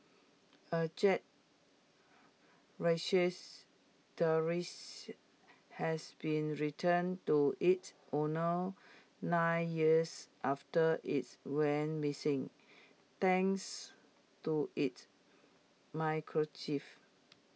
A Jack Russels terriers has been returned to its owners nine years after its went missing thanks to its microchip